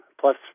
Plus